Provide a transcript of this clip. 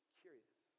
curious